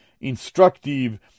instructive